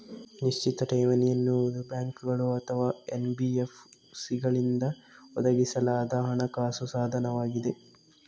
ನಿಶ್ಚಿತ ಠೇವಣಿ ಎನ್ನುವುದು ಬ್ಯಾಂಕುಗಳು ಅಥವಾ ಎನ್.ಬಿ.ಎಫ್.ಸಿಗಳಿಂದ ಒದಗಿಸಲಾದ ಹಣಕಾಸು ಸಾಧನವಾಗಿದೆ